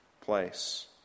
place